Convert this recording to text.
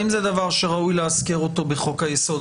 האם זה דבר שראוי לאזכר אותו בחוק היסוד.